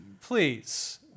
please